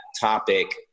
topic